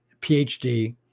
PhD